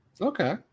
Okay